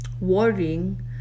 worrying